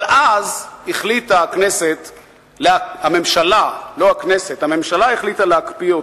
אבל אז החליטה הממשלה להקפיא אותו.